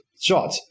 shot